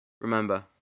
Remember